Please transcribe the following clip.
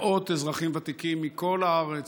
מאות אזרחים ותיקים מכל הארץ,